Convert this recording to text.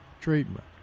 treatment